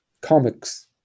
comics